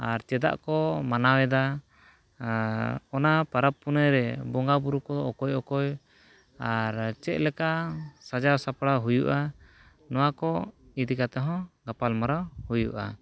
ᱟᱨ ᱪᱮᱫᱟᱜ ᱠᱚ ᱢᱟᱱᱟᱣᱮᱫᱟ ᱚᱱᱟ ᱯᱚᱨᱚᱵᱽ ᱯᱩᱱᱟᱹᱭ ᱨᱮ ᱵᱚᱸᱜᱟ ᱵᱳᱨᱳ ᱠᱚ ᱚᱠᱚᱭ ᱚᱠᱚᱭ ᱟᱨ ᱪᱮᱫ ᱞᱮᱠᱟ ᱥᱟᱡᱟᱣ ᱥᱟᱯᱲᱟᱣ ᱦᱩᱭᱩᱜᱼᱟ ᱱᱚᱣᱟ ᱠᱚ ᱤᱫᱤ ᱠᱟᱛᱮᱫ ᱦᱚᱸ ᱜᱟᱯᱟᱞᱢᱟᱨᱟᱣ ᱦᱩᱭᱩᱜᱼᱟ